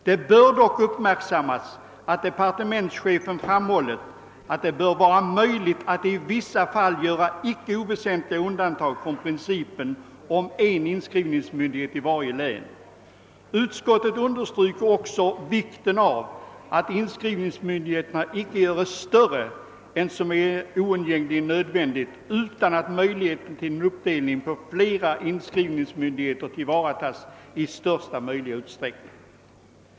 Det bör uppmärksammas att departementschefen framhåller att det i vissa fall torde vara möjligt att göra icke oväsentliga undantag från principen om en inskrivningsmyndighet i varje län. Utskottet understryker också vikten av att inskrivningsmyndigheterna inte göres större än som är oundgängligen nödvändigt och att en uppdelning på fiera inskrivningsmyndigheter sker i största möjliga utsträckning.